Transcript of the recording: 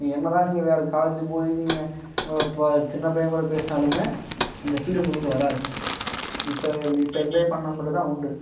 நீங்கள் என்ன தான் நீங்கள் வேற காலேஜி போய் நீங்கள் இப்போ சின்ன பையன் கூட பேசுனாலுமே அந்த ஃபீல் உங்களுக்கு வராது இப்போ இப்போ என்ஜாய் பண்ணால் மட்டுந்தான் உண்டு